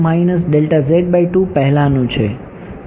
કારણ કે તે પહેલાનું છે